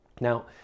Now